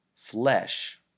flesh